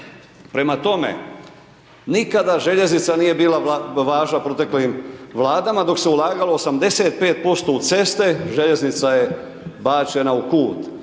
Prema tome, nikada željeznica nije bila važna proteklim vladama, dok se ulagalo 85% u ceste, željeznica je bačena u kud.